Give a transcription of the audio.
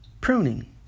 pruning